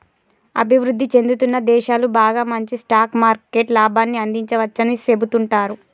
అభివృద్ధి చెందుతున్న దేశాలు బాగా మంచి స్టాక్ మార్కెట్ లాభాన్ని అందించవచ్చని సెబుతుంటారు